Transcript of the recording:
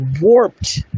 warped